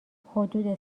حدود